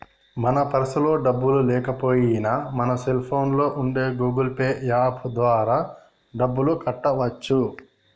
మన పర్సులో డబ్బులు లేకపోయినా మన సెల్ ఫోన్లో ఉండే గూగుల్ పే యాప్ ద్వారా డబ్బులు కట్టవచ్చు